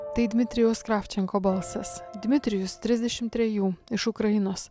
tai dmitrijaus kravčenko balsas dmitrijus trisdešimt trejų iš ukrainos